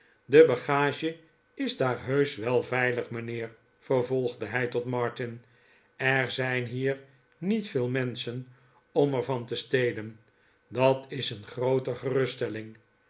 de bagage is daar heusch wel veilig mijnheer vervolgde hij tot martin er zijn hier niet veel menschen om er van te stelen dat is een groote geruststelling